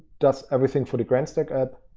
does everything for the grandstack app.